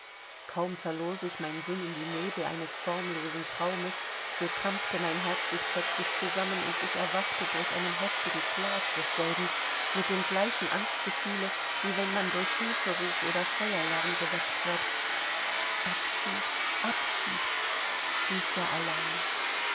kaum verlor sich mein sinn in die nebel eines formlosen traumes so krampfte mein herz sich plötzlich zusammen und ich erwachte durch einen heftigen schlag desselben mit dem gleichen angstgefühle wie wenn man durch hilferuf oder feuerlärm geweckt wird abschied abschied hieß der alarm